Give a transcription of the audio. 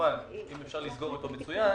כמובן שאם אפשר לסגור אותו זה מצוין,